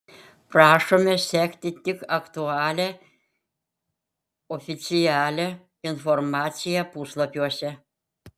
prašome sekti tik aktualią oficialią informaciją puslapiuose